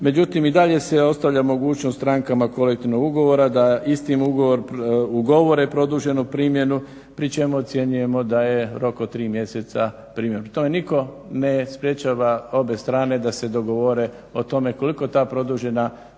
međutim i dalje se ostavlja mogućnost strankama kolektivnog ugovora da istim ugovore produženu primjenu pri čemu ocjenjujemo da je rok od tri mjeseca primjeren. U tome nitko ne sprečava obe strane da se dogovore o tome koliko to produženo trajanje